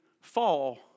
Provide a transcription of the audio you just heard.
fall